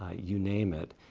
ah you name it.